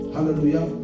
Hallelujah